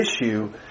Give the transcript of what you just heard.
issue